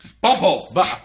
Bubbles